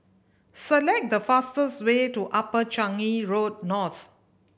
select the fastest way to Upper Changi Road North